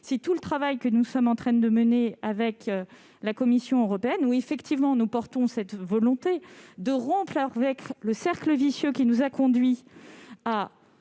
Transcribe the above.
tout le travail que nous sommes en train de mener avec la Commission européenne : nous portons au niveau européen cette volonté de rompre avec le cercle vicieux qui nous a conduits à